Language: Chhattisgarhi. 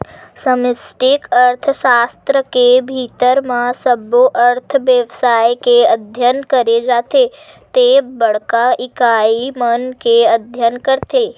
समस्टि अर्थसास्त्र के भीतरी म सब्बो अर्थबेवस्था के अध्ययन करे जाथे ते बड़का इकाई मन के अध्ययन करथे